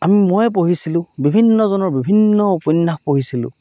আমি ময়ে পঢ়িছিলোঁ বিভিন্নজনৰ বিভিন্ন উপন্যাস পঢ়িছিলোঁ